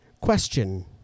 question